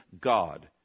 God